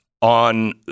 on